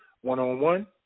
one-on-one